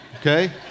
Okay